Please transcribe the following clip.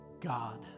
God